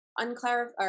unclarified